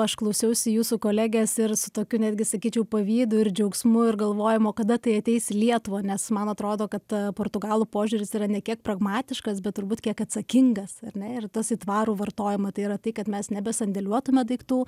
aš klausiausi jūsų kolegės ir su tokiu netgi sakyčiau pavydu ir džiaugsmu ir galvojimu o kada tai ateis į lietuvą nes man atrodo kad portugalų požiūris yra ne kiek pragmatiškas bet turbūt kiek atsakingas ar ne ir tas į tvarų vartojimą tai yra tai kad mes nebe sandėliuotume daiktų